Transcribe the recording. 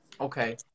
Okay